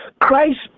Christ